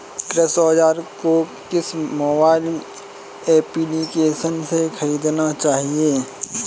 कृषि औज़ार को किस मोबाइल एप्पलीकेशन से ख़रीदना चाहिए?